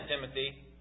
Timothy